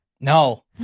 No